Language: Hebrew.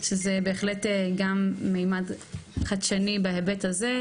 שזה בהחלט גם מימד חדשני בהיבט הזה,